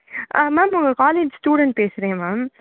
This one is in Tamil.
ஆ மேம் உங்கள் காலேஜ் ஸ்டூடெண்ட் பேசுகிறேன் மேம்